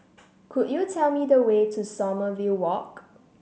could you tell me the way to Sommerville Walk